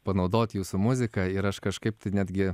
panaudot jūsų muziką ir aš kažkaip tai netgi